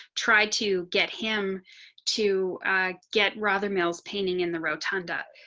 try to get him to get rather mills painting in the rotunda